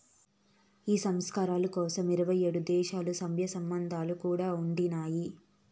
ఈ సంస్కరణల కోసరం ఇరవై ఏడు దేశాల్ల, సభ్య సంస్థలు కూడా ఉండినాయి